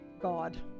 God